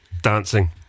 dancing